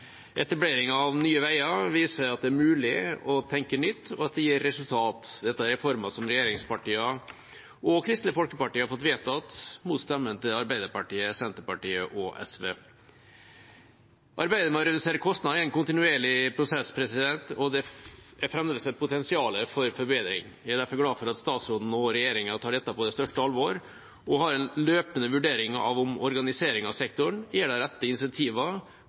Etablering av Nye Veier viser at det er mulig å tenke nytt, og at det gir resultat. Dette er reformer som regjeringspartiene og Kristelig Folkeparti har fått vedtatt mot stemmene til Arbeiderpartiet, Senterpartiet og SV. Arbeidet med å redusere kostnader er en kontinuerlig prosess, og det er fremdeles et potensial for forbedring. Jeg er derfor glad for at statsråden og regjeringa tar dette på det største alvor og har en løpende vurdering av om organiseringen av sektoren gir de rette